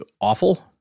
awful